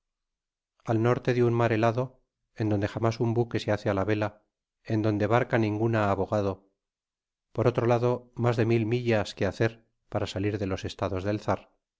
al norte de un mar helado en donde jamás un buque se hace á la vela en donde barca ninguna ha bogado por otro lado mas de mil millas que hacer para salir de los estados del